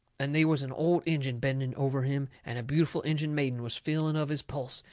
and they was an old injun bending over him and a beautiful injun maiden was feeling of his pulse,